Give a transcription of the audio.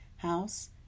house